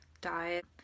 diet